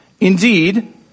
Indeed